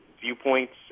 viewpoints